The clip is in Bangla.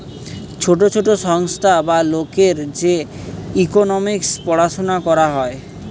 ছোট ছোট সংস্থা বা লোকের যে ইকোনোমিক্স পড়াশুনা করা হয়